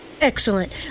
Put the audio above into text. Excellent